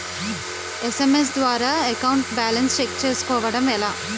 SMS ద్వారా account balance check చేసుకోవటం ఎలా?